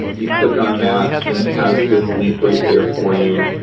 you click on that, and it has this link right there for you.